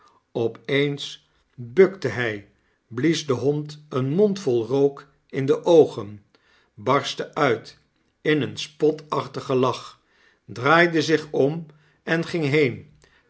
op eens bukte hy blies den hond een mondvol rook inde oogen barstte uit in een spotachtigen lach draaide zich om en ging heen